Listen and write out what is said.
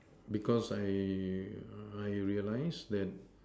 because I I realised that